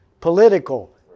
political